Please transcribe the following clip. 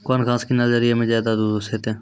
कौन घास किनैल करिए ज मे ज्यादा दूध सेते?